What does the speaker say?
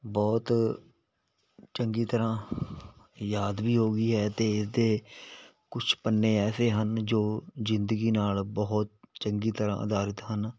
ਬਹੁਤ ਚੰਗੀ ਤਰ੍ਹਾਂ ਯਾਦ ਵੀ ਹੋ ਗਈ ਹੈ ਅਤੇ ਅਤੇ ਕੁਛ ਪੰਨੇ ਐਸੇ ਹਨ ਜੋ ਜ਼ਿੰਦਗੀ ਨਾਲ ਬਹੁਤ ਚੰਗੀ ਤਰ੍ਹਾਂ ਆਧਾਰਿਤ ਹਨ